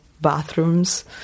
bathrooms